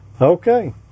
okay